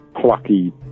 plucky